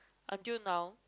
until now